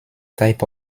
type